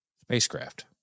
spacecraft